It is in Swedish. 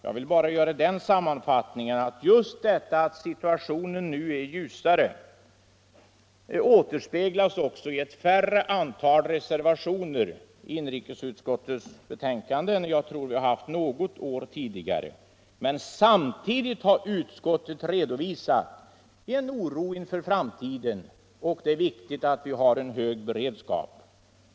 Jag vill bara sammanfattningsvis säga att det förhållandet att situationen nu är ljusare också återspeglas i ett mindre antal reservationer vid inrikesutskottets betänkande om arbetsmarknadspolitiken än jag tror att vi haft något år tidigare. Men samtidigt har utskottet redovisat en oro inför framtiden, och att det är viktigt att vi har en hög beredskap.